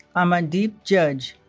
amandeep judge